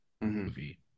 movie